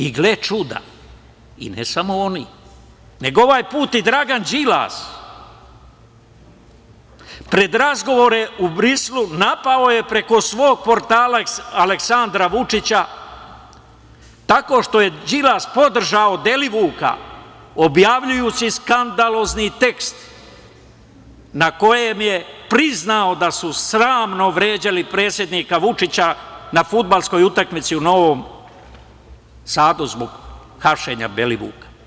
I gle čuda, i ne samo oni, nego ovaj put i Dragan Đilas, pred razgovore u Briselu napao je preko svog portala Aleksandra Vučića tako što je Đilas podržao Belivuka, objavljujući skandalozni tekst na kojem je priznao da su sramno vređali predsednika Vučića na fudbalskoj utakmici u Novom Sadu zbog hapšenja Belivuka.